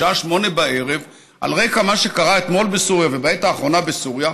בשעה 20:00. על רקע מה שקרה אתמול בסוריה ובעת האחרונה בסוריה,